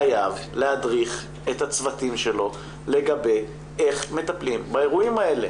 חייב להדריך את הצוותים שלו לגבי איך מטפלים באירועים האלה.